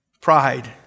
Pride